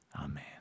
Amen